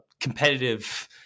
competitive